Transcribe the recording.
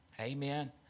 Amen